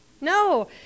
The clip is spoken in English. No